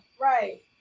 Right